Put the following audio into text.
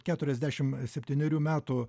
keturiasdešimt septynerių metų